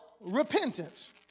repentance